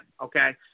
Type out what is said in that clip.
okay